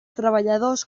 treballadors